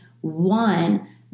One